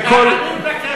חבר הכנסת אופיר,